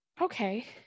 Okay